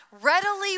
Readily